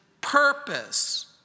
purpose